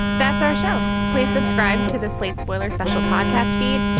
that's our show. please subscribe to the slate spoilered special podcast feed.